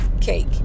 cake